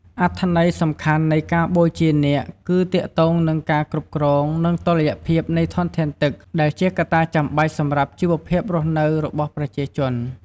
អត្ថន័យសំខាន់នៃការបូជានាគគឺទាក់ទងនឹងការគ្រប់គ្រង និងតុល្យភាពនៃធនធានទឹក ដែលជាកត្តាចាំបាច់សម្រាប់ជីវភាពរស់នៅរបស់ប្រជាជន។